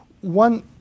one